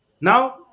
Now